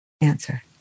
answer